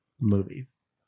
movies